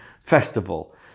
festival